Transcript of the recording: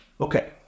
Okay